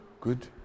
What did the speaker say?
Good